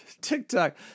TikTok